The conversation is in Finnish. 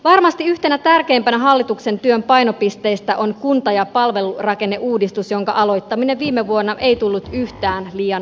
varmasti yhtenä tärkeimpänä hallituksen työn painopisteistä on kunta ja palvelurakenneuudistus jonka aloittaminen viime vuonna ei tullut yhtään liian aikaisin